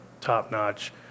top-notch